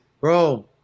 Bro